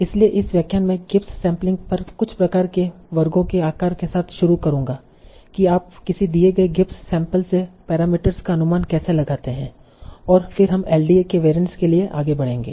इसलिए इस व्याख्यान मैं गिब्स सैंपलिंग पर कुछ प्रकार के वर्गों के आकार के साथ शुरू करूंगा कि आप किसी दिए गए गिब्स सैंपल से पैरामीटर्स का अनुमान कैसे लगाते हैं और फिर हम एलडीए के वेरिएंट के लिए आगे बढ़ेंगे